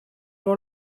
all